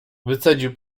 wycedził